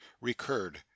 recurred